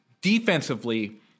defensively